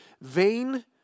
vain